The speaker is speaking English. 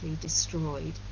destroyed